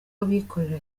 abikorera